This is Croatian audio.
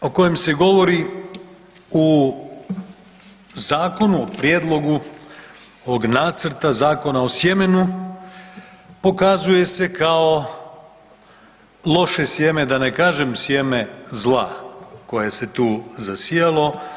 Ovo sjeme o kojem se govori u zakonu, u prijedlogu ovog nacrta Zakona o sjemenu, pokazuje se kao loše sjeme, da ne kažem sjeme zla koje se tu zasijalo.